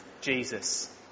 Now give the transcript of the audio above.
Jesus